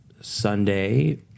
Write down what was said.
Sunday